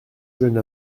jeune